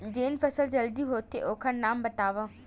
जेन फसल जल्दी होथे ओखर नाम बतावव?